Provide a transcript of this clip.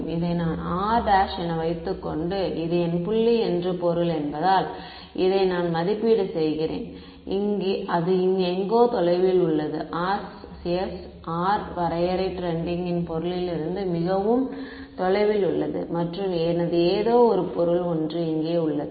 எனவே இதை நான் r' என வைத்துக்கொண்டு இது என் புள்ளி என்று பொருள் என்பதால் இதை நான் மதிப்பீடு செய்கிறேன் அது எங்கோ தொலைவில் உள்ளது RCS r வரையறை டிரெண்டிங்கின் பொருளிலிருந்து மிகவும் தொலைவில் உள்ளது மற்றும் எனது எதோ ஒரு பொருள் ஒன்று இங்கே உள்ளது